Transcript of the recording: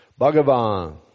Bhagavan